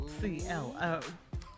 C-L-O